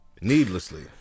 needlessly